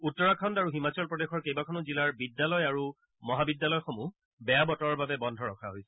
উত্তৰাখণ্ড আৰু হিমাচল প্ৰদেশৰ কেইবাখনো জিলাৰ বিদ্যালয় আৰু মহাবিদ্যালয়সমূহ বেয়া বতৰৰ বাবে বন্ধ ৰখা হৈছে